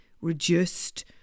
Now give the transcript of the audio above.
reduced